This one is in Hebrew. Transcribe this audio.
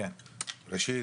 ראשית,